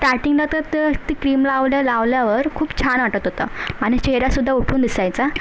स्टार्टिंगला तर तर ती क्रीम लावल्या लावल्यावर खूप छान वाटत होतं आणि चेहरासुद्धा उठून दिसायचा